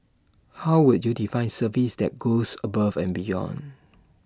how would you define service that goes above and beyond